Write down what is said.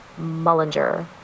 mullinger